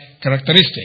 characteristic